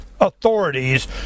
authorities